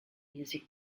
music